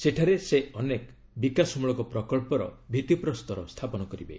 ସେଠାରେ ସେ ଅନେକ ବିକାଶମୂଳକ ପ୍ରକଳ୍ପର ଭିଭିପ୍ରସ୍ତର ସ୍ଥାପନ କରିବେ